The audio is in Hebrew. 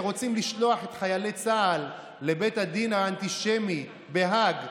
שרוצים לשלוח את חיילי צה"ל לבית הדין האנטישמי בהאג,